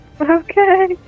Okay